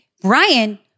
Brian